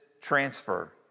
transfer